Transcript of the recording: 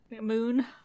Moon